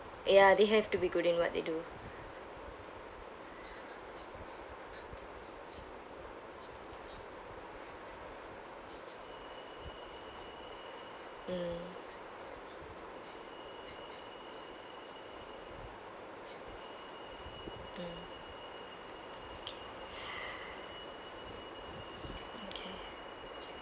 ya they have to be good in what they do mm mm